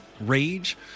Rage